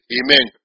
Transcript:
amen